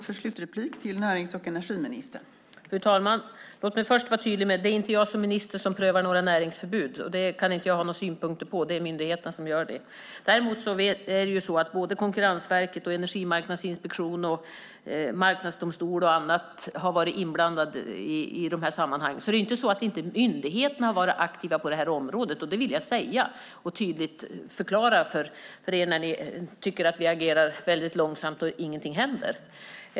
Fru talman! Låt mig först vara tydlig med att det inte är jag som minister som prövar några näringsförbud. Det kan inte jag ha några synpunkter på - det är myndigheterna som gör det. Däremot har Konkurrensverket, Energimarknadsinspektionen, Marknadsdomstolen och andra varit inblandade i de här sammanhangen. Det är alltså inte så att myndigheterna inte har varit aktiva på det här området. Det vill jag säga och tydligt förklara för er när ni tycker att vi agerar väldigt långsamt och att ingenting händer.